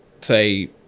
say